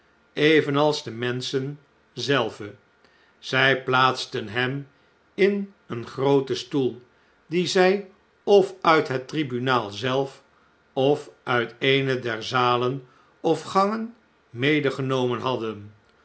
evenals de menschen zelve zij plaatsten hem in een grooten stoel dien zij of uit het tribunaal zelf of uit eene der zalen of gangen medegenomen hadden